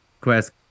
Quest